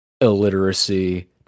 illiteracy